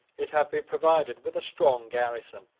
it had been provided with a strong garrison,